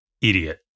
idiot